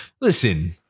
listen